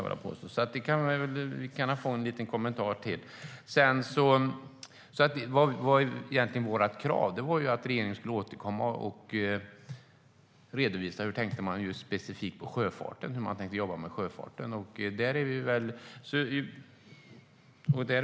Vi kanske kan få en liten kommentar om det. Vårt krav var egentligen att regeringen skulle återkomma och redovisa hur man specifikt tänkte kring sjöfarten och hur man tänker jobba med den.